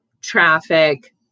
traffic